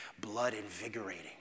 blood-invigorating